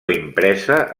impresa